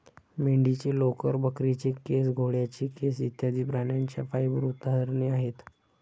मेंढीचे लोकर, बकरीचे केस, घोड्याचे केस इत्यादि प्राण्यांच्या फाइबर उदाहरणे आहेत